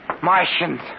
Martians